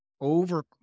over